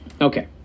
Okay